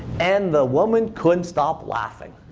and the woman couldn't stop laughing.